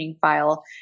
file